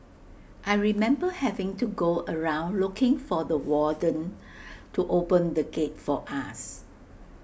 I remember having to go around looking for the warden to open the gate for us